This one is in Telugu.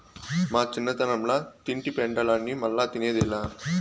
మా చిన్నతనంల తింటి పెండలాన్ని మల్లా తిన్నదేలా